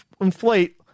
inflate